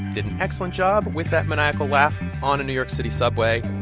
did an excellent job with that maniacal laugh on a new york city subway